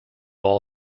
all